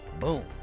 Boom